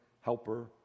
helper